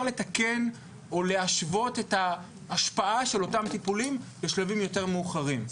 לתקן או להשוות את ההשפעה של אותם טיפולים בשלבים יותר מאוחרים.